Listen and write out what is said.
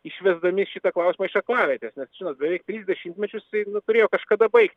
išvesdami šitą klausimą iš aklavietės nes šios beveik tris dešimtmečius tai nu turėjo kažkada baigtis